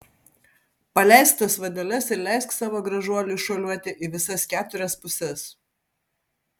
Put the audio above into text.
paleisk tas vadeles ir leisk savo gražuoliui šuoliuoti į visas keturias puses